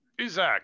Isaac